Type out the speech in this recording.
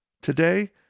Today